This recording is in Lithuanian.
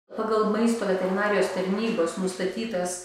pagal maisto veterinarijos tarnybos nustatytas